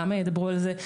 ראמ"ה ידברו על זה,